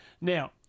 Now